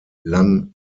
lan